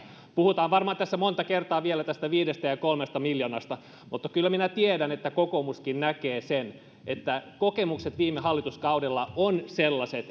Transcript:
puhutaan varmaan vielä monta kertaa tästä viidestä ja kolmesta miljoonasta mutta kyllä minä tiedän että kokoomuskin näkee sen että kokemukset viime hallituskaudella ovat sellaiset